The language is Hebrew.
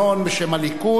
בשם הליכוד,